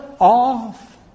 off